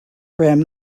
rim